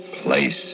Place